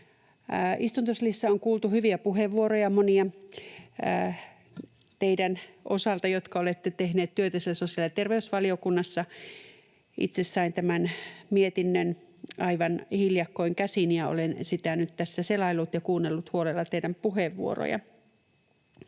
Istuntosalissa on kuultu hyviä puheenvuoroja monien teidän osalta, jotka olette tehneet työtä siellä sosiaali- ja terveysvaliokunnassa. Itse sain tämän mietinnön aivan hiljakkoin käsiini, ja olen sitä nyt tässä selaillut ja kuunnellut huolella teidän puheenvuorojanne.